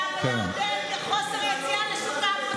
לא ללמוד לימודי ליבה ולעודד חוסר יציאה לשוק העבודה.